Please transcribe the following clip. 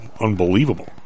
unbelievable